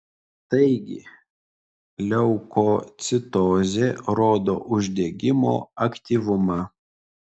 taigi leukocitozė rodo uždegimo aktyvumą